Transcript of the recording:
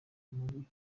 muri